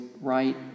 right